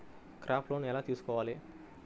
Crop loan ఎలా తీసుకోవాలి?